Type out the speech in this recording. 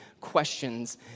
questions